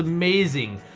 amazing.